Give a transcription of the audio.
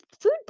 food